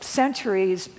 centuries